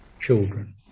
children